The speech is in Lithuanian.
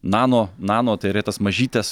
nano nano tai yra į tas mažytes